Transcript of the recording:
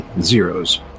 Zeros